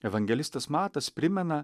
evangelistas matas primena